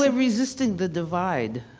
ah resisting the divide.